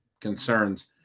concerns